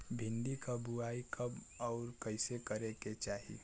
भिंडी क बुआई कब अउर कइसे करे के चाही?